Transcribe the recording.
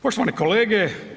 Poštovane kolege.